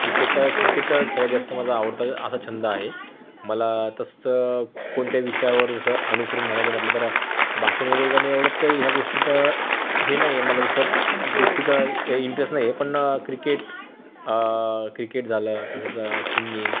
cricket क्रिकेटच सगळ्यात जास्त माझा आवडता असा छंद आहे मला तसंच कोणत्या विषयावर जसं अनुसरून म्हणायचं म्हटलं तर भाषण वगैरे करणे एवढ्यात काही ह्या गोष्टीत हे नाही आहे मला जसं गोष्टीत हे इंट्रेस्ट नाही आहे पण क्रिकेट क्रिकेट झालं तसंच सिंगींग